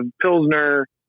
pilsner